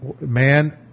man